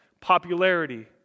popularity